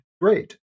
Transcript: great